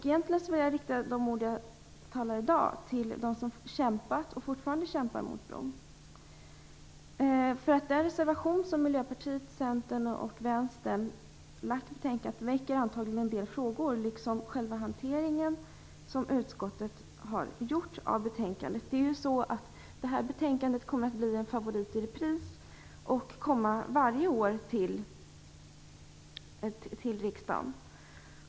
Egentligen vill jag rikta mina ord i dag till dem som kämpat och fortfarande kämpar mot bron. Den reservation som Miljöpartiet, Centern och Vänstern fogat till betänkandet väcker antagligen en del frågor, liksom själva hanteringen av betänkandet i utskottet. Det här ärendet kommer att bli en favorit i repris och återkomma varje år till riksdagen.